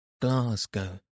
Glasgow